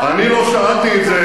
אני לא שאלתי את זה,